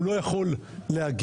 הוא לא יכול להגיב,